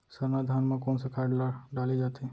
सरना धान म कोन सा खाद ला डाले जाथे?